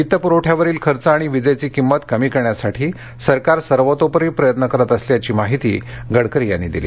वित्त पुरवठ्यावरील खर्च आणि विजेची किंमत कमी करण्यासाठी सरकार सर्वतोपरि प्रयत्न करत असल्याची माहिती गडकरी यांनी दिली